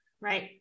Right